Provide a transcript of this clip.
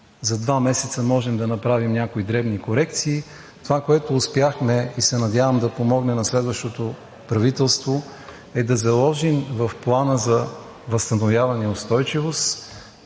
за два месеца можем да направим някои дребни корекции, това, което успяхме и се надявам да помогне на следващото правителство, е да заложим в Плана за възстановяване и устойчивост